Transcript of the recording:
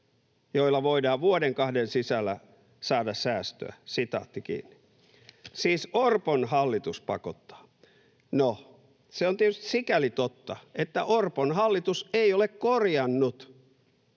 joilla voidaan vuoden, kahden sisällä saada säästöä.” Siis Orpon hallitus pakottaa. No, se on tietysti sikäli totta, että Orpon hallitus ei ole korjannut